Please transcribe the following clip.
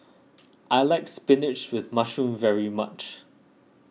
I like Spinach with Mushroom very much